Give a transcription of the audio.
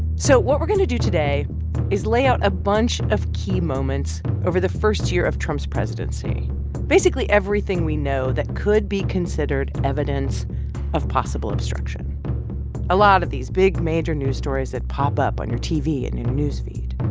so what we're going to do today is lay out a bunch of key moments over the first year of trump's presidency basically, everything we know that could be considered evidence of possible obstruction a lot of these big, major news stories that pop up on your tv and your news feed